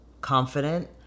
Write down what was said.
confident